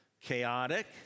Chaotic